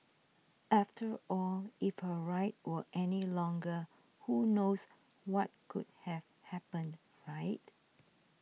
after all if her ride were any longer who knows what could have happened right